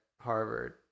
Harvard